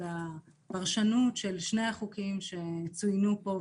בפרשנות של שני החוקים שצוינו פה,